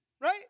Right